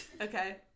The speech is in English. Okay